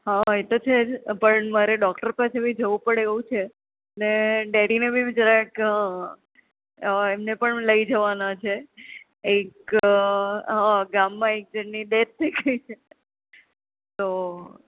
હા એતો છે જ પણ મારે ડોક્ટર પાસે બી જવું પડે એવું છે અને ડેડીની બી પણ જરાક એમને પણ લઈ જવાના છે એક ગામમાં એક જણની ડેથ થઈ ગઈ છે તો